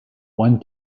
one